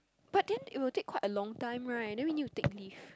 but then it will take quite a long time right then we need to take leave